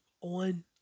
on